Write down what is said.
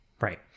right